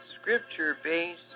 scripture-based